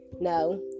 no